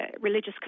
religious